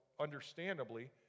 understandably